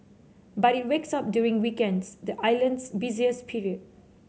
but it wakes up during weekends the island's busiest period